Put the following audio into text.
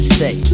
say